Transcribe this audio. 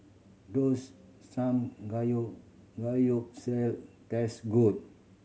does taste good